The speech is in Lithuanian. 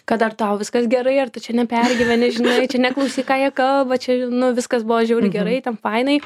kad dar tau viskas gerai ar tu čia nepergyveni žinai čia neklausyk ką jie kalba čia viskas buvo žiauriai gerai ten fainai